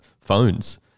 phones